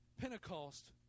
Pentecost